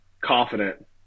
confident